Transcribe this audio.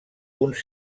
uns